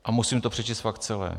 A musím to přečíst fakt celé: